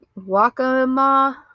Wakama